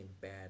bad